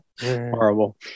horrible